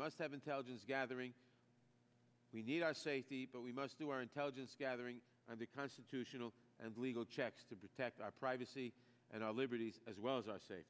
must have intelligence gathering we need our safety but we must do our intelligence gathering the constitutional and legal checks to protect our privacy and our liberties as well as i say